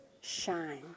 shine